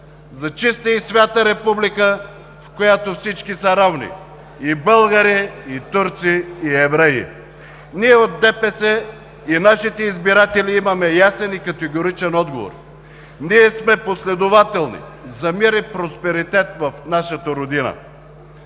за „Чиста и свята Република, в която всички са равни – и българи, и турци, и евреи“. Ние от ДПС и нашите избиратели имаме ясен и категоричен отговор. Ние сме последователни, за мирен просперитет в нашата родина.